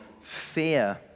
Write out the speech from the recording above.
fear